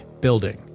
building